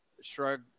shrug